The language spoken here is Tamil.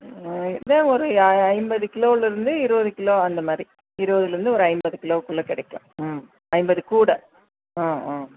எப்படியோ ஒரு ஐம்பது கிலோவுலிருந்து இருபது கிலோ அந்த மாதிரி இருபதுலிருந்து ஒரு ஐம்பது கிலோவுக்குள்ளே கிடைக்கும் ம் ஐம்பது கூடை ஆ ஆ